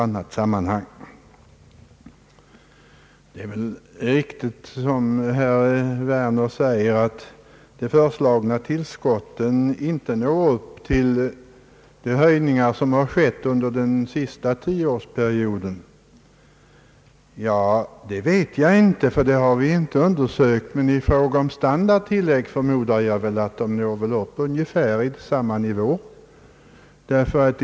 Det är måhända riktigt som herr Werner säger, att de föreslagna tillskotten inte når upp till de höjningar som genomförts under den senaste tioårsperioden. Det vet inte jag eftersom detta förhållande inte undersökts, men i fråga om standardtillägg förmodar jag att de når upp till ungefär samma nivå.